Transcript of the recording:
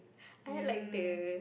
I like the